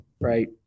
Right